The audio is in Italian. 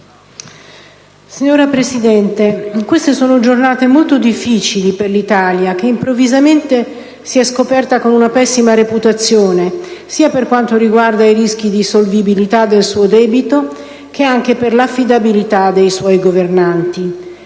Signora Presidente, queste sono giornate molto difficili per l'Italia, che improvvisamente si è scoperta con una pessima reputazione sia per quanto riguarda i rischi di solvibilità del suo debito che per l'affidabilità dei suoi governanti.